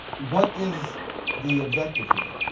what is the objective here?